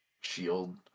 shield